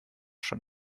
schon